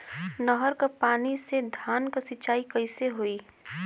नहर क पानी से धान क सिंचाई कईसे होई?